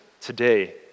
today